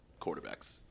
quarterbacks